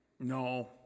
No